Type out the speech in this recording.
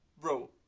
bro